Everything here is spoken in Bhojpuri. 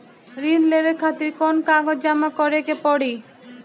ऋण लेवे खातिर कौन कागज जमा करे के पड़ी?